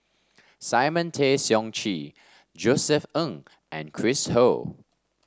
Simon Tay Seong Chee Josef Ng and Chris Ho